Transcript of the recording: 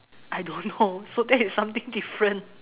I don't know so that is something different